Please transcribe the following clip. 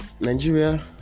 Nigeria